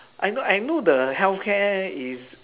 I know I know the healthcare is